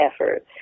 effort